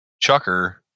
chucker